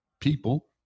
people